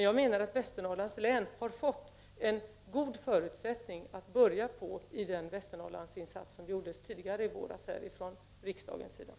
Jag menar att Västernorrlands län har fått goda förutsättningar att börja detta arbete genom de Västernorrlandsinsatser som gjordes av riksdagen i våras.